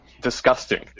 disgusting